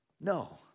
No